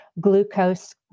glucose